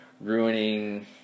Ruining